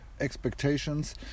expectations